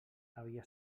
havia